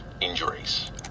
injuries